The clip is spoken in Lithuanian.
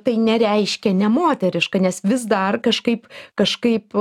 tai nereiškia nemoteriška nes vis dar kažkaip kažkaip